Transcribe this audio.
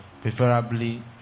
Preferably